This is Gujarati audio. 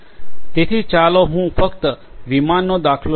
તેથી ચાલો હું ફક્ત વિમાનનો દાખલો લઈઉં